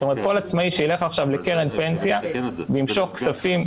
זאת אומרת כל עצמאי שיילך עכשיו לקרן פנסיה וימשוך כספים,